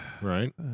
right